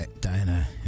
Diana